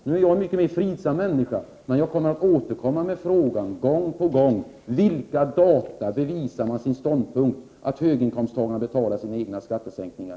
Nu är jag en mycket mer fridsam människa, men jag tänker gång på gång återkomma med frågan: Vilka fakta ligger till grund för ståndpunkten att höginkomsttagarna betalar sin egna skatter?